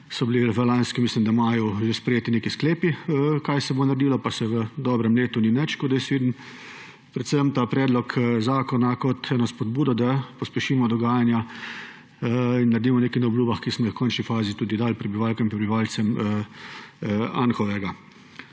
so bili v lanskem – mislim, da maju – že sprejeti neki sklepi, kaj se bo naredilo, pa se v dobrem letu ni nič. Tako vidim predvsem ta predlog zakona kot eno spodbudo, da pospešimo dogajanja in naredimo nekaj na obljubah, ki smo jih v končni fazi tudi dali prebivalkam in prebivalcem Anhovega.